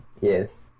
Yes